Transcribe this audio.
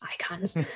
icons